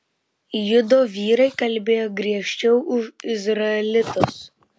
judo vyrai kalbėjo griežčiau už izraelitus